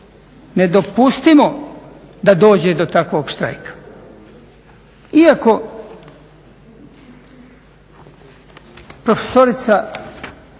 ne dopustimo da dođe do takvog štrajka. Iako profesorica